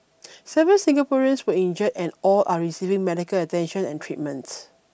seven Singaporeans were injured and all are receiving medical attention and treatment